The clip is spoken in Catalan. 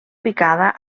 picada